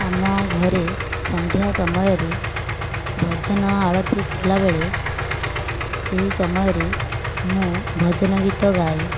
ଆମ ଘରେ ସନ୍ଧ୍ୟା ସମୟରେ ଭଜନ ଆଳତୀ କଲାବେଳେ ସେହି ସମୟରେ ମୁଁ ଭଜନ ଗୀତ ଗାଏ